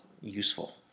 useful